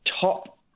top